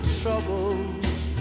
troubles